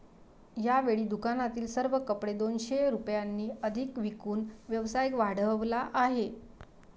यावेळी दुकानातील सर्व कपडे दोनशे रुपयांनी अधिक विकून व्यवसाय वाढवला आहे